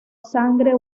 sangre